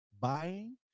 buying